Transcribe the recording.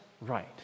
right